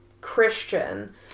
Christian